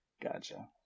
Gotcha